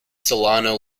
solano